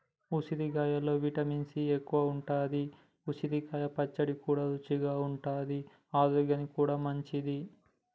ఉసిరికాయలో vitamin C ఎక్కువుంటది, ఉసిరికాయ పచ్చడి కూడా రుచిగా ఉంటది ఆరోగ్యానికి కూడా మంచిది